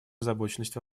озабоченность